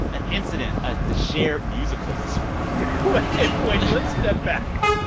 an incident at the cher musical this week wait let's step back.